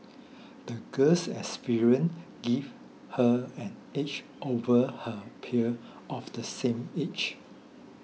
the girl's experiences gave her an edge over her peer of the same age